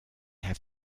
have